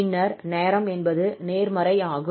பின்னர் நேரம் என்பது நேர்மறை ஆகும்